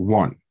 one